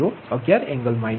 0011 angle minus 2